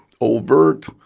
overt